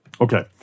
Okay